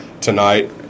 tonight